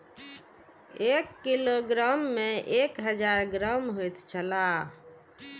एक किलोग्राम में एक हजार ग्राम होयत छला